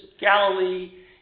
Galilee